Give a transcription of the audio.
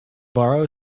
borrow